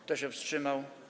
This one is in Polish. Kto się wstrzymał?